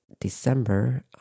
December